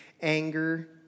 anger